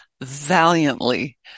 valiantly